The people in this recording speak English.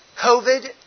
COVID